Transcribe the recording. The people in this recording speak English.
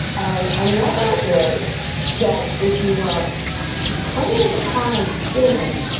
and another is that if you are playing the guitar and singing,